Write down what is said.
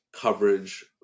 coverage